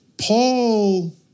Paul